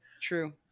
true